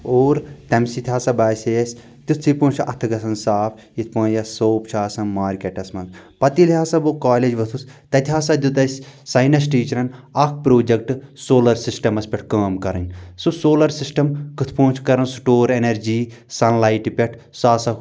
اور تمہِ سۭتۍ ہسا باسے اسہِ تِتھٕے پٲٹھۍ چھِ اتھہٕ گژھان صاف یتھ پٲٹھۍ یۄس صوپ چھِ آسان مارکیٚٹس منٛز پتہٕ ییٚلہِ ہسا بہٕ کالیج ووٚتھُس تتہِ ہسا دِیُت اسہِ ساینس ٹیچرن اکھ پروجیٚکٹ سولر سسٹمَس پٮ۪ٹھ کٲم کرٕنۍ سُہ سولر سسٹم کتھ پٲٹھۍ چھُ کران سِٹور ایٚنرجی سن لایٚٹہِ پٮ۪ٹھ سُہ ہسا